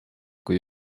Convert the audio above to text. kui